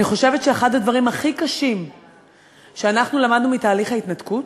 אני חושבת שאחד הדברים הכי קשים שאנחנו למדנו מתהליך ההתנתקות,